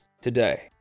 today